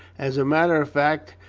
as a matter of fact,